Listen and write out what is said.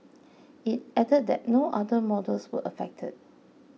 it added that no other models were affected